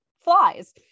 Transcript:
flies